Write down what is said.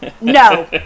no